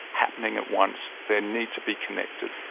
happening at once there, need to be connected.